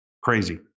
crazy